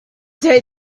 day